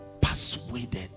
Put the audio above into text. persuaded